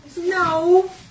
No